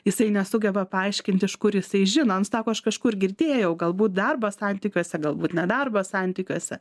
jisai nesugeba paaiškint iš kur jisai žino nu sako aš kažkur girdėjau galbūt darbo santykiuose galbūt nedarbo santykiuose